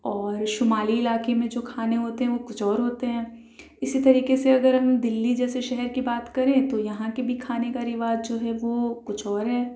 اور شمالی علاقے میں جو کھانے ہوتے ہیں وہ کچھ اور ہوتے ہیں اسی طریقے سے اگر ہم دلّی جیسے شہر كی بات كریں تو یہاں کے بھی کھانے کا رواج جو ہے وہ کچھ اور ہے